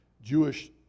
Jewish